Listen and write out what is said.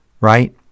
right